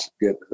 get